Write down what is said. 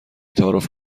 تعارف